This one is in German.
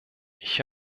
ich